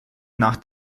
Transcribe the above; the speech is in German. nach